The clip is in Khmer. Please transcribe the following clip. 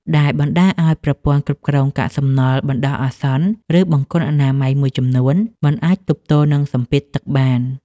ដែលបណ្តាលឱ្យប្រព័ន្ធគ្រប់គ្រងកាកសំណល់បណ្តោះអាសន្ន ឬបង្គន់អនាម័យមួយចំនួន មិនអាចទប់ទល់នឹងសម្ពាធទឹកបាន។